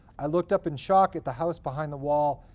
i looked up in shock at the house behind the wall,